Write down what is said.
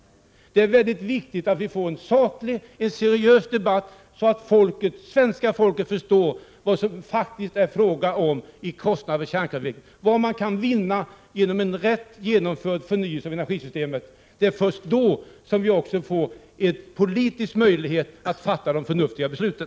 Det är viktigt att vi får en saklig och seriös debatt, så att svenska folket förstår vad som är de faktiska kostnaderna för kärnkraftsavvecklingen och vad man kan vinna genom en rätt genomförd förnyelse av energisystemet. Det är först då som vi också får politisk möjlighet att fatta de förnuftiga besluten.